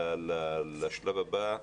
לשלב הבא,